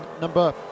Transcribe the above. number